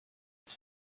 elle